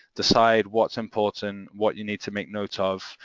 decide what's important, what you need to make notes of,